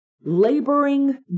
laboring